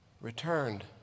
returned